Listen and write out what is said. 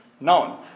known